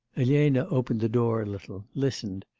elena opened the door a little, listened,